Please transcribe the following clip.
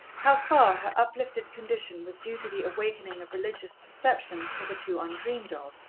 how far her uplifted condition was due to the awakening of religious perceptions hitherto undreamed of,